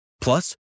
Plus